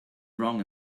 wrong